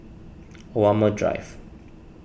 Walmer Drive